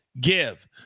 give